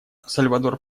сальвадор